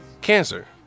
cancer